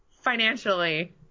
financially